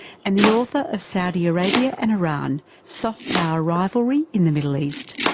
and the author of saudi arabia and iran soft power rivalry in the middle east.